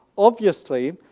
obviously,